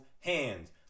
hands